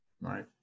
Right